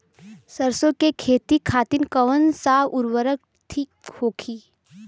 सरसो के खेती खातीन कवन सा उर्वरक थिक होखी?